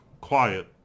quiet